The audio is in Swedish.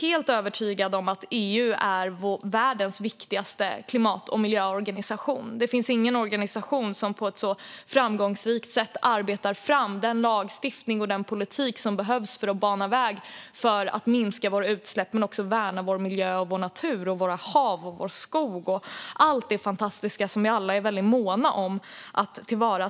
helt övertygad om att EU är världens viktigaste klimat och miljöorganisation. Det finns ingen organisation som på ett så framgångsrikt sätt arbetar fram den lagstiftning och politik som behövs för att bana väg för att minska våra utsläpp men också värna vår miljö och vår natur, våra hav och vår skog - allt det fantastiska som vi alla är måna om att ta till vara.